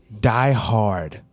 diehard